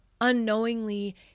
unknowingly